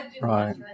Right